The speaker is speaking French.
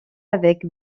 avec